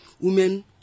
women